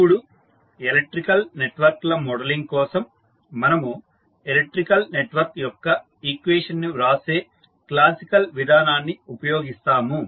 ఇప్పుడు ఎలక్ట్రికల్ నెట్వర్క్ల మోడలింగ్ కోసం మనము ఎలక్ట్రికల్ నెట్వర్క్ యొక్క ఈక్వేషన్ ని వ్రాసే క్లాసికల్ విధానాన్ని ఉపయోగిస్తాము